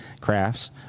Crafts